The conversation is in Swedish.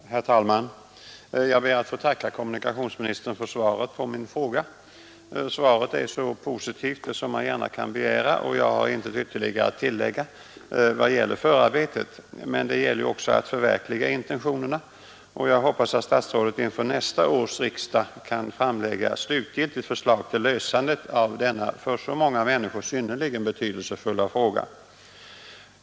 Herr talman! Jag ber att få tacka kommunikationsministern för svaret på min fråga. Svaret är så positivt som man gärna kan begära, och jag har intet ytterligare att tillägga beträffande förarbetet. Men det gäller också att förverkliga intentionerna, och jag hoppas att statsrådet inför nästa års riksdag kan framlägga slutgiltigt förslag till lösande av denna för så många människor synnerligen betydelsefulla fråga.